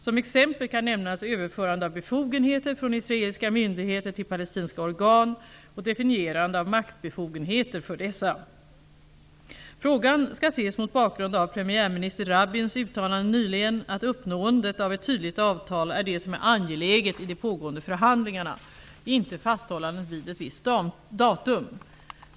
Som exempel kan nämnas överförande av befogenheter från israeliska myndigheter till palestinska organ och definierande av maktbefogenheter för dessa. Frågan skall ses mot bakgrund av premiärminister Rabins uttalande nyligen att uppnåendet av ett tydligt avtal är det som är angeläget i de pågående förhandlingarna -- inte fasthållandet vid ett visst datum.